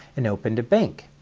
and opened a bank.